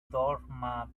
doormat